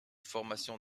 formation